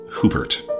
Hubert